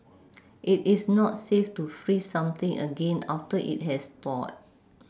it is not safe to freeze something again after it has thawed